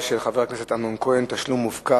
שצינור המים על הגג שלו התפוצץ,